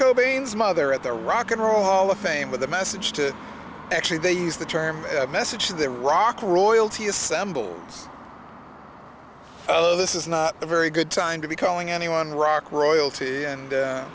cobain's mother at the rock n roll hall of fame with a message to actually they use the term message the rock royalty assembles oh this is not a very good time to be calling anyone rock royalty and